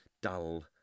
dull